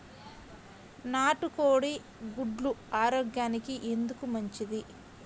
నాటు కోడి గుడ్లు ఆరోగ్యానికి ఎందుకు మంచిది?